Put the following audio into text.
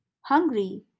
hungry